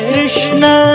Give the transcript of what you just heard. Krishna